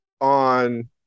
on